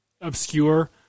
obscure